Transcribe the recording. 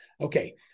Okay